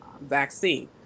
vaccine